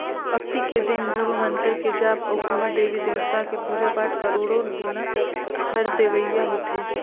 अक्ती के दिन गुरू मंतर के जाप अउ कोनो देवी देवता के पुजा पाठ करोड़ो गुना फर देवइया होथे